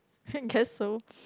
guess so